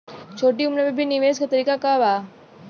छोटी उम्र में भी निवेश के तरीका क बा?